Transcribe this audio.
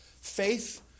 Faith